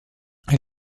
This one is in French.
elle